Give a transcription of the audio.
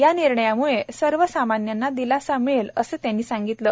या निर्णयामुळे सर्वसामान्यांना दिलासा मिळेल असं त्यांनी सांगितलं